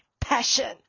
passion